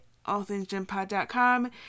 allthingsgympod.com